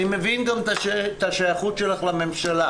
אני גם מבין את השייכות שלך לממשלה,